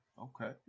Okay